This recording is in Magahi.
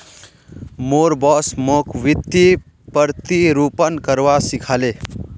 मोर बॉस मोक वित्तीय प्रतिरूपण करवा सिखा ले